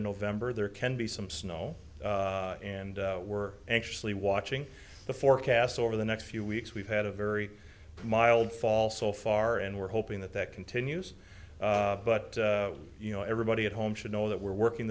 in november there can be some snow and we're anxiously watching the forecast over the next few weeks we've had a very mild fall so far and we're hoping that that continues but you know everybody at home should know that we're working